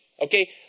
Okay